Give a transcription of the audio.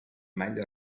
meglio